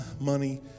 money